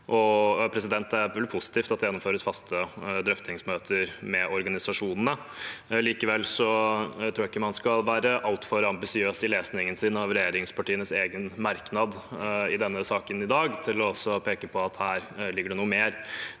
Det er positivt at det gjennomføres faste drøftingsmøter med organisasjonene, men jeg tror ikke man er altfor ambisiøs i lesningen av regjeringspartienes egen merknad i denne saken hvis man peker på at det ligger noe mer